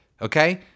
okay